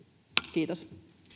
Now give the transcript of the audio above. kiitos